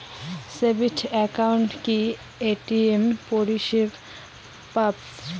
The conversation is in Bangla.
সেভিংস একাউন্টে কি এ.টি.এম পরিসেবা পাব?